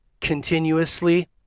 continuously